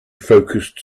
focused